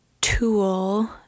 tool